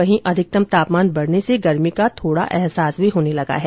वहीं अधिकतम तापमान बढ़ने से गर्मी का अहसास होने लगा है